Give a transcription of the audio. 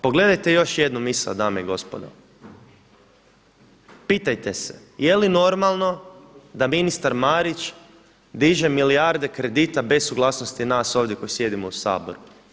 Pogledajte još jednom misao dame i gospodo, pitajte se jeli normalno da ministar Marić diže milijarde kredita bez suglasnosti nas ovdje koji sjedimo ovdje u saboru?